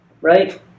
right